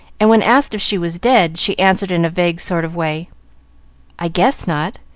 and when asked if she was dead, she answered in a vague sort of way i guess not.